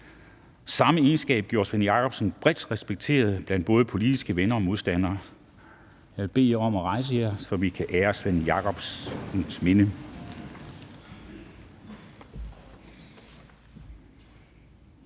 Samme egenskaber gjorde Svend Jakobsen bredt respekteret blandt både politiske venner og modstandere. Jeg vil bede jer om at rejse jer, så vi kan ære Svend Jakobsens minde.